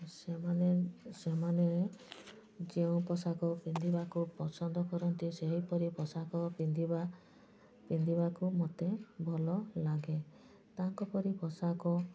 ସେମାନେ ସେମାନେ ଯେଉଁ ପୋଷାକ ପିନ୍ଧିବାକୁ ପସନ୍ଦ କରନ୍ତି ସେହିପରି ପୋଷାକ ପିନ୍ଧିବା ପିନ୍ଧିବାକୁ ମୋତେ ଭଲ ଲାଗେ ତାଙ୍କ ପରି ପୋଷାକ